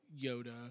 Yoda